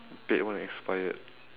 paid one expired